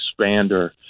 expander